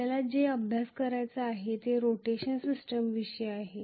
आपल्याला जे अभ्यास करायचे आहे ते रोटेशन सिस्टमविषयी आहे